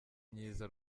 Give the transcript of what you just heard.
myiza